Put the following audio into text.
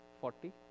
Forty